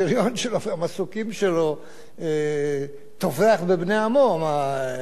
השריון שלו והמסוקים שלו טובח בבני עמו, מה,